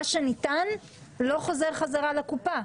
מה שניתן לא חוזר לקופה,